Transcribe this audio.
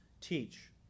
teach